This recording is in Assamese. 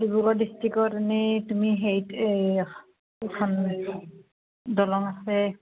ডিব্ৰুগড় ডিষ্ট্ৰিকত এনেই তুমি কেইখন দলং আছে